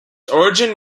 origin